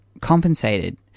compensated